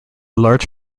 large